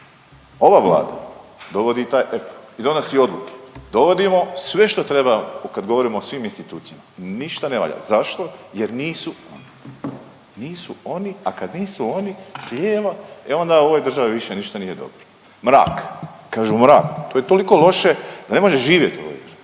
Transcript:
Ova Vlada dovodi i taj, donosi odluke, dovodimo sve što treba kad govorimo o svim institucijama. Ništa ne valja. Zašto? Jer nisu oni, a kad nisu oni e onda u ovoj državi više ništa nije dobro. Mrak, kažu mrak, to je toliko loše da ne možeš živjeti u ovoj,